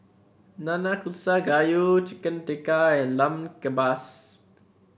Nanakusa Gayu Chicken Tikka and Lamb Kebabs